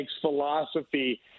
philosophy